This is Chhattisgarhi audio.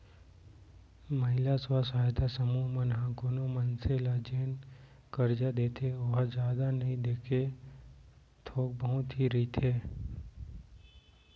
महिला स्व सहायता समूह मन ह कोनो मनसे ल जेन करजा देथे ओहा जादा नइ देके थोक बहुत ही रहिथे